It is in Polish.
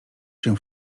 się